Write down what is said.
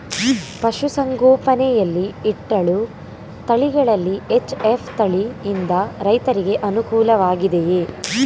ಪಶು ಸಂಗೋಪನೆ ಯಲ್ಲಿ ಇಟ್ಟಳು ತಳಿಗಳಲ್ಲಿ ಎಚ್.ಎಫ್ ತಳಿ ಯಿಂದ ರೈತರಿಗೆ ಅನುಕೂಲ ವಾಗಿದೆಯೇ?